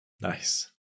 Nice